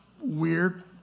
weird